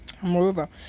Moreover